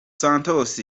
santos